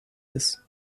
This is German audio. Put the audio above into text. ist